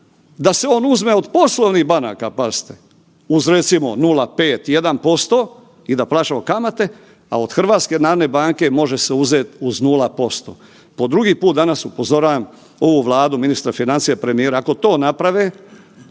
da se on uzme od poslovnih banaka, pazite, uz recimo 0,5-1% i da plaćamo kamate, a od HNB može se uzet uz 0%. Po drugi put danas upozoravam ovu Vladu, ministra financija i premijera, ako to naprave,